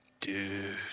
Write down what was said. Dude